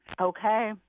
Okay